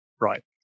right